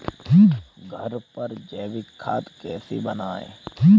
घर पर जैविक खाद कैसे बनाएँ?